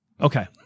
Okay